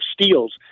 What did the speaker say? steals